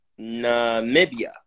Namibia